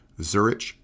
Zurich